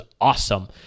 awesome